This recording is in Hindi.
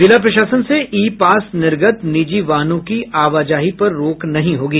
जिला प्रशासन से ई पास निर्गत निजी वाहनों की आवाजाही पर रोक नहीं होगी